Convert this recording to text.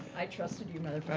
i trusted you,